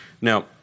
Now